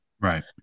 Right